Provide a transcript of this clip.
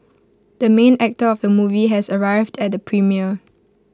the main actor of the movie has arrived at the premiere